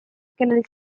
kellel